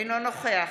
אינו נוכח